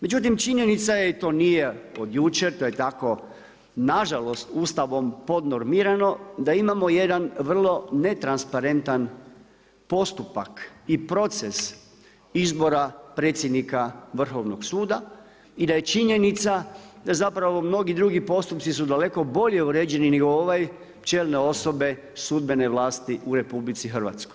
Međutim, činjenica je i to nije od jučer, to je tako na žalost Ustavom podnormirano da imamo jedan vrlo netransparentan postupak i proces izbora predsjednika Vrhovnog suda i da je činjenica da zapravo mnogi drugi postupci su daleko bolje uređeni nego ovaj, čelne osobe sudbene vlasti u RH.